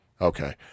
Okay